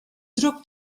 drok